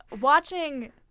watching